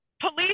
Police